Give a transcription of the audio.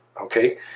okay